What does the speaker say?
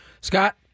Scott